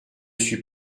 suis